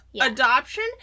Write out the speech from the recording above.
adoption